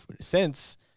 since-